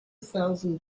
thousand